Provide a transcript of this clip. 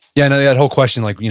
yeah, and that whole question like,